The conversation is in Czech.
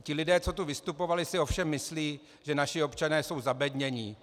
Ti lidé, co tu vystupovali, si ovšem myslí, že naši občané jsou zabednění.